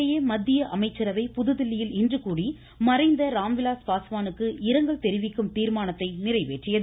இதனிடையே மத்திய அமைச்சரவை புதுதில்லியில் இன்று கூடி மறைந்த ராம்விலாஸ் பாஸ்வானுக்கு இரங்கல் தெரிவிக்கும் தீர்மானத்தை நிறைவேற்றியது